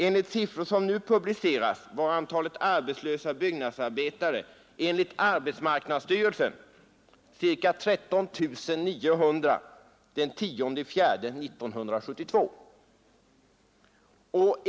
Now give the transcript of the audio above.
Enligt siffror som nu publiceras var antalet arbetslösa byggnadsarbetare enligt AMS ca 13 900 den 10 april 1972.